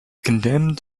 condemned